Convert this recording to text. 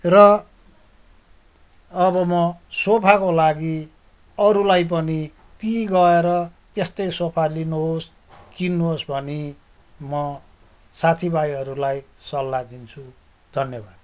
र अब म सोफाको लागि अरूलाई पनि त्यहीँ गएर त्यस्तै सोफा लिनुहोस् किन्नुहोस् भनी म साथी भाइहरूलाई सल्लाह दिन्छु धन्यवाद